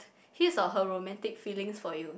his or her romantic feelings for you